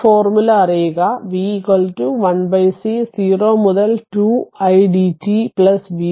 ഈ ഫോർമുല അറിയുക v 1c 0 മുതൽ 2 id idt v 0